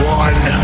one